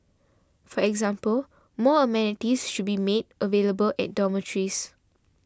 for example more amenities should be made available at dormitories